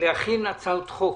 להכין הצעות חוק.